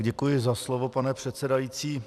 Děkuji za slovo, pane předsedající.